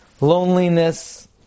loneliness